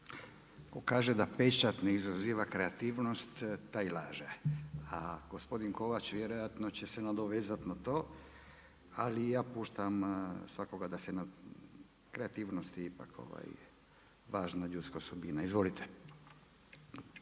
Tko kaže da pečat ne izaziva kreativnost, taj laže, a gospodin Kovač vjerojatno će se nadovezati na to, ali ja puštam svakoga da se na kreativnosti ipak ovaj, važna je ljudska osobina. Izvolite.